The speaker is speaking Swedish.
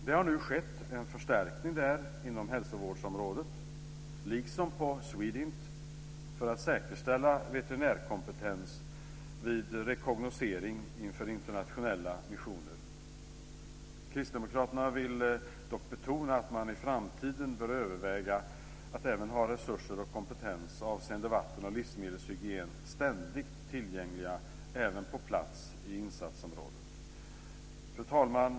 Det har nu skett en förstärkning där inom hälsovårdsområdet liksom på SWEDINT för att säkerställa veterinärkompetens vid rekognoscering inför internationella missioner. Kristdemokraterna vill dock betona att man i framtiden bör överväga att ha resurser och kompetens avseende vatten och livsmedelshygien ständigt tillgängliga även på plats i insatsområdet. Fru talman!